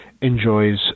enjoys